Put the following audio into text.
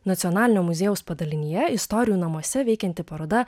nacionalinio muziejaus padalinyje istorijų namuose veikianti paroda